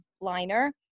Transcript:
liner